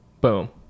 Boom